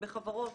בחברות.